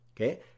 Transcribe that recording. okay